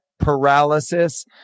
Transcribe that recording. paralysis